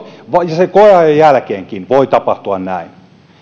sen koeajan jälkeenkin voi tapahtua näin